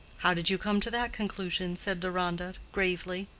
how did you come to that conclusion? said deronda, gravely.